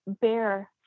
bear